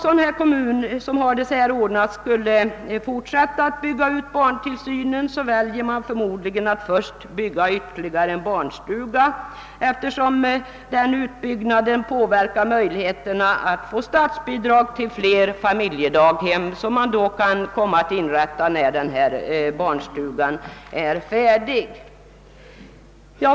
Om en kommun har det så ordnat och vill fortsätta att bygga ut barntillsynen väljer man förmodligen att först bygga ytterligare en barnstuga, eftersom den utbyggnaden påverkar möjligheterna att få statsbidrag till fler familjedaghem, vilka kan inrättas när barnstugan är färdigplanerad.